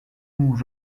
who